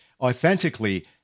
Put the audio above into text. authentically